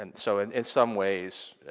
and so, and in some ways,